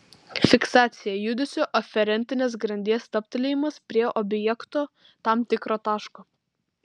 fiksacija judesio aferentinės grandies stabtelėjimas prie objekto tam tikro taško